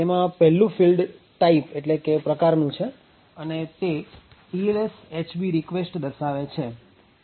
તેમાં પહેલું field type એટલે કે પ્રકારનું છે અને તે TLS HB REQUEST દર્શાવે છે